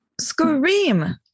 Scream